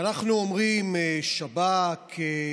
כשאנחנו אומרים שב"כ,